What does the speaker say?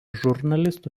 žurnalistų